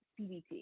CBT